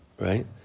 right